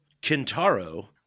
Kintaro